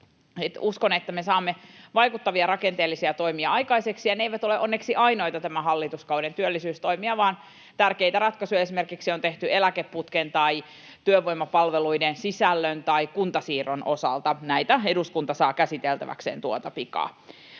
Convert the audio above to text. uskon, että me saamme vaikuttavia, rakenteellisia toimia aikaiseksi, ja ne eivät ole onneksi ainoita tämän hallituskauden työllisyystoimia, vaan tärkeitä ratkaisuja on tehty esimerkiksi eläkeputken tai työvoimapalveluiden sisällön tai kuntasiirron osalta. Näitä eduskunta saa käsiteltäväkseen tuota pikaa.